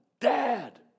Dad